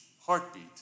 heartbeat